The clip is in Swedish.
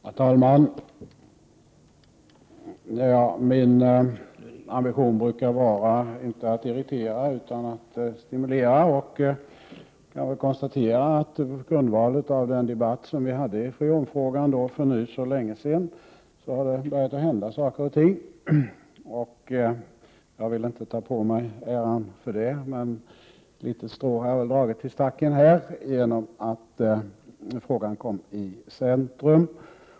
Herr talman! Min ambition brukar vara att stimulera, inte att irritera. Och jag vill konstatera att det på grundval av den debatt som vi hade i freonfrågan, för nu ganska länge sedan, har börjat hända saker och ting. Jag vill inte ta åt mig äran för det, men ett litet strå har jag väl dragit till stacken genom att frågan kommit i centrum.